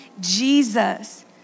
Jesus